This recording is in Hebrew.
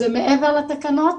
זה מעבר לתקנות.